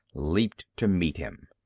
leaped to meet him.